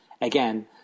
Again